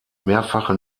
mehrfache